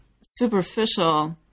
superficial